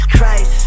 Christ